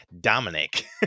Dominic